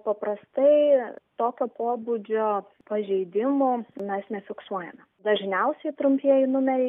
paprastai tokio pobūdžio pažeidimų mes nefiksuojame dažniausiai trumpieji numeriai